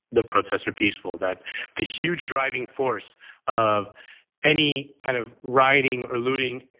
the protests are peaceful. that the huge driving force of any kind of riding or looting.